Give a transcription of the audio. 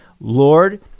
Lord